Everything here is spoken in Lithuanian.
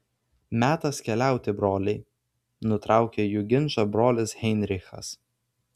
metas keliauti broliai nutraukė jų ginčą brolis heinrichas